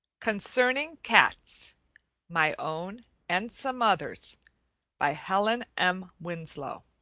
concerning cats my own and some others by helen m. winslow